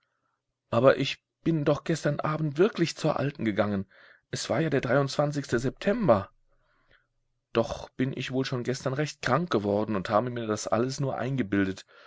aber ich bin doch gestern abend wirklich zur alten gegangen es war ja der dreiundzwanzigste september doch bin ich wohl schon gestern recht krank geworden und habe mir das alles nur eingebildet